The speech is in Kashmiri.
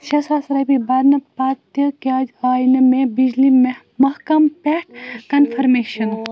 شےٚ ساس رۄپیہِ بَرنہٕ پتہٕ تہِ کیٛازِ آے نہٕ مےٚ بجلی محکَم پٮ۪ٹھٕ کَنفَرمیشن